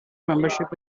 membership